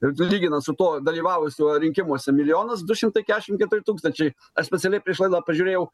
ir lyginant su tuo dalyvavusių rinkimuose milijonas du šimtai kesšim keturi tūkstančiai aš specialiai prieš laidą pažiūrėjau